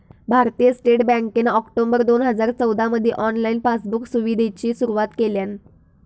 भारतीय स्टेट बँकेन ऑक्टोबर दोन हजार चौदामधी ऑनलाईन पासबुक सुविधेची सुरुवात केल्यान